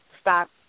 stop